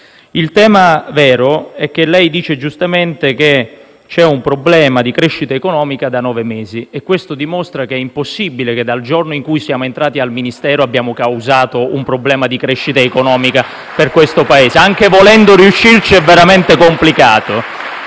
Il tema vero è che lei dice, giustamente, che c'è un problema di crescita economica da nove mesi. Ma questo dimostra che è impossibile che, sin dal giorno in cui siamo entrati al Ministero, noi abbiamo causato un problema di crescita economica per questo Paese. *(Applausi dai Gruppi